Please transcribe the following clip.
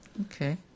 okay